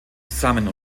zusammen